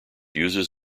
uses